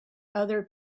other